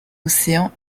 océan